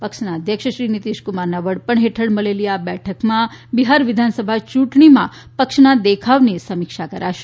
પક્ષના અધ્યક્ષ શ્રી નિતીશકુમારના વડપણ હેઠળ મળે લી આ બેઠકમાં બિહાર વિધાનસભા ચૂંટણીમાં પક્ષના દેખાવની સમીક્ષા કરાશે